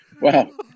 wow